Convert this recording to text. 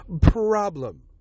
problem